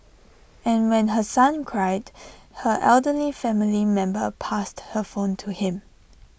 and when her son cried her elderly family member passed her phone to him